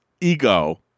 ego